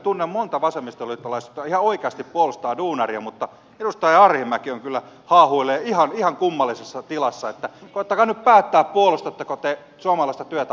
tunnen monta vasemmistoliittolaista jotka ihan oikeasti puolustavat duunaria mutta edustaja arhinmäki kyllä haahuilee ihan kummallisessa tilassa niin että koettakaa nyt päättää puolustatteko te suomalaista työtä